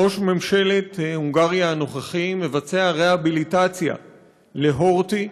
ראש ממשלת הונגריה הנוכחי מבצע רהביליטציה להורטי,